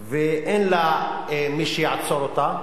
ואין לה מי שיעצור אותה.